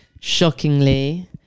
shockingly